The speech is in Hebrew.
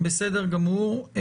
בסדר גמור.